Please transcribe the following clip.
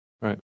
Right